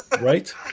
Right